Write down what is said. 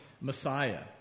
Messiah